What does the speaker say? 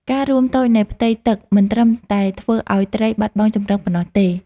ការរួមតូចនៃផ្ទៃទឹកមិនត្រឹមតែធ្វើឱ្យត្រីបាត់បង់ជម្រកប៉ុណ្ណោះទេ។